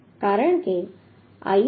આ 11